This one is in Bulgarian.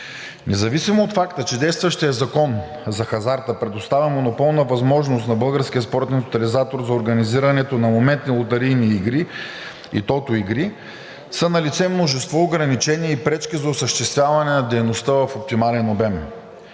Независимо от факта, че действащият закон за хазарта предоставя монополна възможност на Българския спортен тотализатор за организирането на моментни лотарийни и тото игри, са налице множество ограничения и пречки за осъществяване на дейността в оптимален обем.